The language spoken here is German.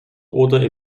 oder